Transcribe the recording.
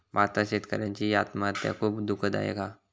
भारतात शेतकऱ्यांची आत्महत्या खुप दुःखदायक हा